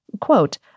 quote